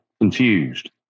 confused